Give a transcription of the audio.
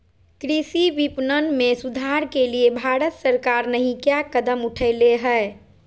कृषि विपणन में सुधार के लिए भारत सरकार नहीं क्या कदम उठैले हैय?